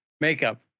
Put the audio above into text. makeup